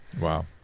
Wow